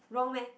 wrong meh